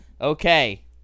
Okay